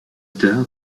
tard